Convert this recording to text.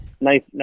nice